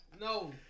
No